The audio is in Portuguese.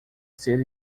ser